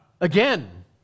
Again